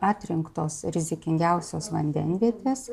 atrinktos rizikingiausios vandenvietės